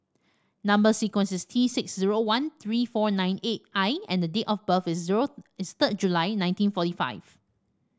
number sequence is T six zero one three four nine eight I and date of birth is zero is third July nineteen forty five